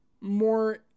more